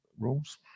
Rules